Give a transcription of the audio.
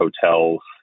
hotels